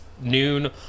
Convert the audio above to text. noon